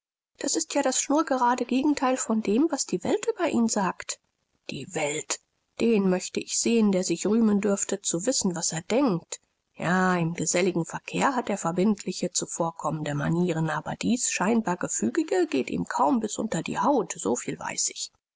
das ist ja das schnurgerade gegenteil von dem was die welt über ihn sagt die welt den möchte ich sehen der sich rühmen dürfte zu wissen was er denkt ja im geselligen verkehr hat er verbindliche zuvorkommende manieren aber dies scheinbar gefügige geht ihm kaum bis unter die haut so viel weiß ich